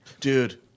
dude